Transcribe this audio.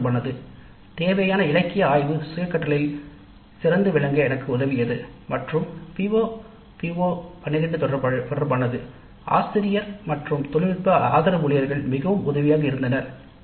தொடர்பானது தேவையான இலக்கிய ஆய்வு சுய கற்றலில் சிறந்து விளங்க எனக்கு உதவியது "மற்றொரு PO PO12 தொடர்பானது "ஆசிரிய மற்றும் தொழில்நுட்ப ஆதரவு ஊழியர்கள் மிகவும் உதவியாக இருந்தனர் "